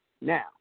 Now